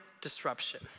disruption